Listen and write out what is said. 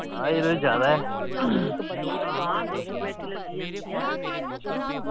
ना यरो जादा ऐ